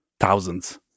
thousands